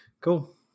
Cool